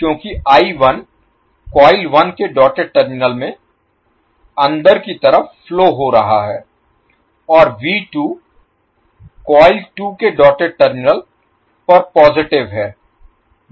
क्योंकि कॉइल 1 के dotted terminal में अंदर की तरफ फ्लो हो रहा है और कॉइल 2 के डॉटेड टर्मिनल पर पॉजिटिव है